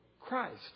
Christ